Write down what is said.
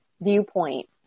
viewpoint